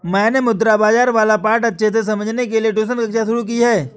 मैंने मुद्रा बाजार वाला पाठ अच्छे से समझने के लिए ट्यूशन कक्षा शुरू की है